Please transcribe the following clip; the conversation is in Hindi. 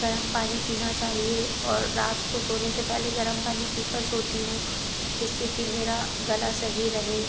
गरम पानी पीना चाहिए और रात को सोने से पहले गरम पानी पी कर सोती हूँ जिससे कि मेरा गला सही रहे